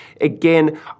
again